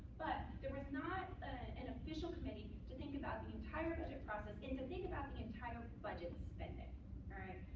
but there was not an official committee to think about the entire budget process, and to think about the entire budget spending. all right?